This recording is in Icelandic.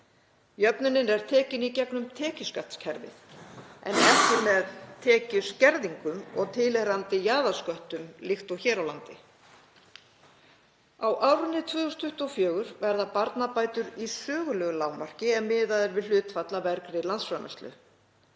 Jöfnunin er tekin í gegnum tekjuskattskerfið en ekki með tekjuskerðingum og tilheyrandi jaðarsköttum líkt og hér á landi. Á árinu 2024 verða barnabætur í sögulegu lágmarki ef miðað er við hlutfall af vergri landsframleiðslu.